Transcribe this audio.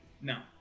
No